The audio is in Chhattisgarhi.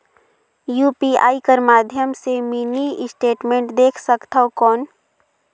यू.पी.आई कर माध्यम से मिनी स्टेटमेंट देख सकथव कौन?